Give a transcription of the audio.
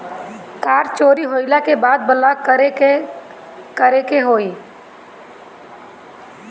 Card चोरी होइला के बाद ब्लॉक करेला का करे के होई?